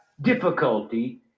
difficulty